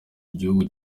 igihugu